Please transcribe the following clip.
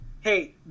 hey